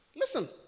Listen